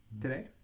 today